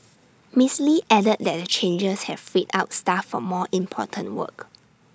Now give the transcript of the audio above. miss lee added that the changes have freed up staff for more important work